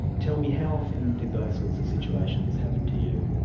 tell me, how often did those sorts of situations happen to you?